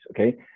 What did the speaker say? okay